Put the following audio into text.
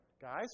guys